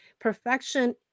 perfection